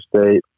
State